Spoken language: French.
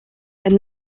elles